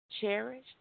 cherished